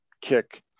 kick